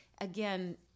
again